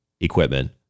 equipment